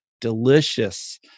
delicious